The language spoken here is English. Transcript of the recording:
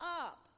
up